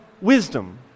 wisdom